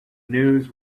news